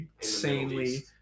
insanely